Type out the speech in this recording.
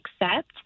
accept